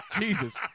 Jesus